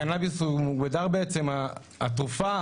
קנאביס בעצם הוא התרופה,